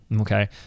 okay